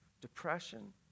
depression